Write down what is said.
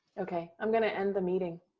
okay, i'm going to end the meeting.